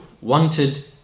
wanted